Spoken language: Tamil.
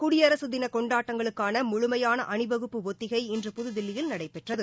குடியரசுத் தின கொண்டாட்டங்களுக்கான முழுமையான அணிவகுப்பு ஒத்திகை இன்று புதுதில்லியில் நடைபெற்றது